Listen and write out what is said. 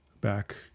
back